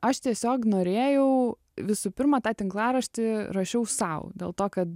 aš tiesiog norėjau visų pirma tą tinklaraštį rašiau sau dėl to kad